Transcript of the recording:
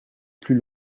plus